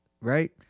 right